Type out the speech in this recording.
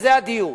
שזה הדיור.